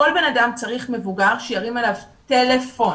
כל אדם צריך מבוגר שירים אליו טלפון.